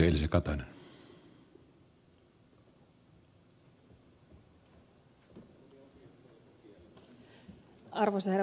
arvoisa herra puhemies